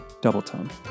Doubletone